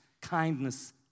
kindness